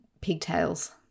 pigtails